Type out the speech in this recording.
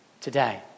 today